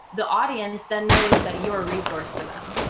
the audience then knows that you are a resource for them.